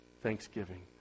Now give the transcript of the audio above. thanksgiving